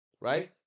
right